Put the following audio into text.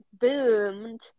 boomed